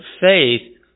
faith